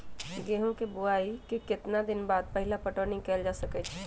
गेंहू के बोआई के केतना दिन बाद पहिला पटौनी कैल जा सकैछि?